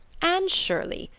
anne shirley,